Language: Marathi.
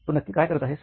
तू नक्की काय करत आहेस